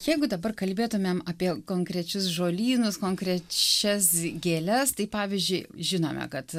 jeigu dabar kalbėtumėm apie konkrečius žolynus konkrečias gėles tai pavyzdžiui žinome kad